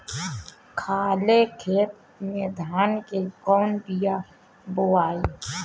खाले खेत में धान के कौन बीया बोआई?